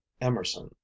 emerson